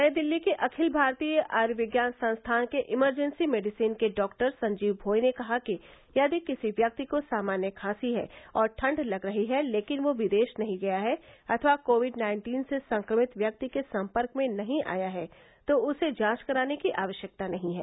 नई दिल्ली के अखिल भारतीय आयुर्विज्ञान संस्थान के इमरजेंसी मेडिसिन के डॉक्टर संजीव भोई ने कहा कि यदि किसी व्यक्ति को सामान्य खांसी है और ठंड लग रही है लेकिन वह विदेश नहीं गया है अथवा कोविड नाइन्टीन से संक्रमित व्यक्ति के सम्पर्क में नहीं आया है तो उसे जांच कराने की आवश्यकता नहीं है